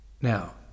Now